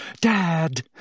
Dad